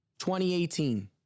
2018